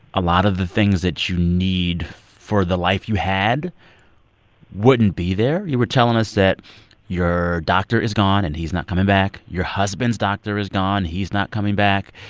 a lot of the things that you need for the life you had wouldn't be there. you were telling us that your doctor is gone, and he's not coming back. your husband's doctor is gone. he's not coming back.